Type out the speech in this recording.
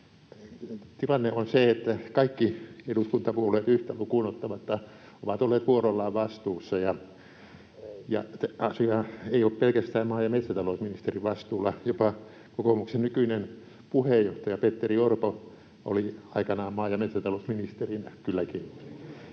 Tilanne on se, että kaikki eduskuntapuolueet yhtä lukuun ottamatta ovat olleet vuorollaan vastuussa ja asia ei ole pelkästään maa- ja metsätalousministerin vastuulla — jopa kokoomuksen nykyinen puheenjohtaja Petteri Orpo oli aikanaan maa- ja metsätalousministerinä kylläkin.